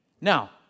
Now